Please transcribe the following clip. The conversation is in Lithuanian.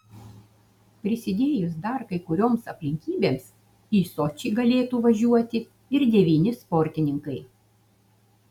prisidėjus dar kai kurioms aplinkybėms į sočį galėtų važiuoti ir devyni sportininkai